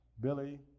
Billy